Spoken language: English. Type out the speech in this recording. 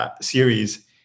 series